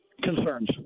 concerns